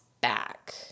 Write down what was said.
back